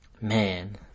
Man